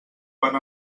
van